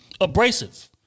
abrasive